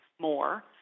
more